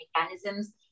mechanisms